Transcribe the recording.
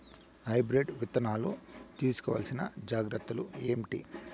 Hybrid విత్తనాలు తీసుకోవాల్సిన జాగ్రత్తలు ఏంటి?